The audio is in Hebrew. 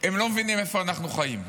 הם לא מבינים איפה אנחנו חיים.